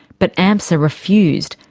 but amsa refused,